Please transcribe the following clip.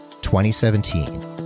2017